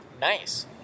Nice